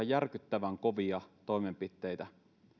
järkyttävän kovia toimenpiteitä